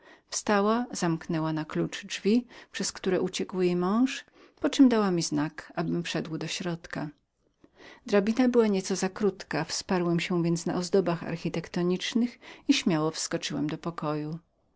wstała zamknęła drzwi na klucz poczem dała mi znak abym wszedł drabina była nieco za krótką wsparłem się więc na ozdobach architektonicznych i postawiwszy śmiało nogę wskoczyłem do pokoju